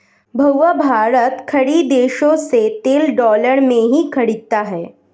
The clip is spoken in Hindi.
भैया भारत खाड़ी देशों से तेल डॉलर में ही खरीदता है